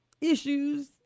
issues